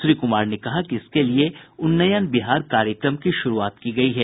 श्री कुमार ने कहा कि इसके लिए उन्नयन बिहार कार्यक्रम की शुरूआत की गयी है